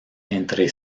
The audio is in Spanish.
entre